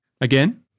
Again